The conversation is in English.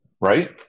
right